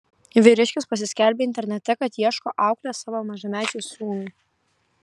vyriškis pasiskelbė internete kad ieško auklės savo mažamečiui sūnui